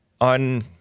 on